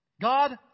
God